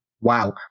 wow